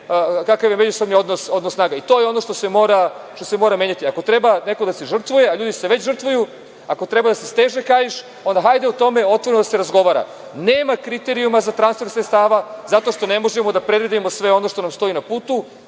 kakav je međusoban odnos snaga i to je ono što se mora menjati. Ako treba neko da se žrtvuje, a ljudi se već žrtvuju, ako treba da se steže kaiš, onda hajde o tome otvoreno da se razgovara. Nema kriterijuma za transfer sredstava zato što ne možemo da predvidimo sve ono što nam stoji na putu.